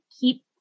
keep